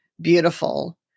beautiful